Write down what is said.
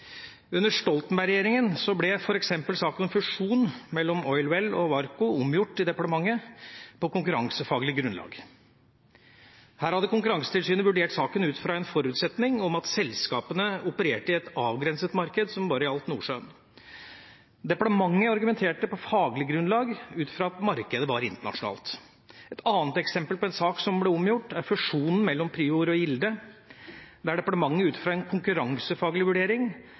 saken om fusjon mellom Oilwell og Varco omgjort i departementet på konkurransefaglig grunnlag. Her hadde Konkurransetilsynet vurdert saken ut fra en forutsetning om at selskapene opererte i et avgrenset marked som bare gjaldt Nordsjøen. Departementet argumenterte på faglig grunnlag ut fra at markedet var internasjonalt. Et annet eksempel på en sak som ble omgjort, er fusjonen mellom Prior og Gilde, der departementet ut fra en konkurransefaglig vurdering